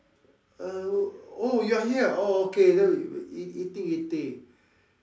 err oh you are here oh okay then we were eating eating